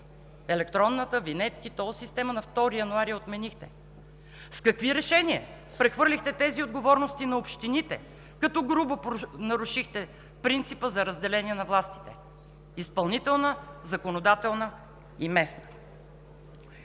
електронната, винетки, тол системата, на 2 януари я отменихте?! С какви решения прехвърлихте тези решения на общините, като грубо нарушихте принципа за разделение на властите – изпълнителна, законодателна и местна.